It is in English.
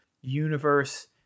universe